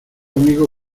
amigo